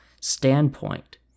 standpoint